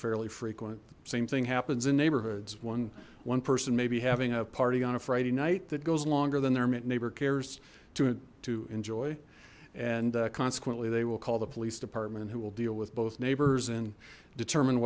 fairly frequent same thing happens in neighborhoods when one person may be having a party on a friday night that goes longer than their neighbor cares to to enjoy and consequently they will call the police department who will deal with both neighbors and determine